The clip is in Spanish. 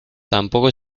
tampoco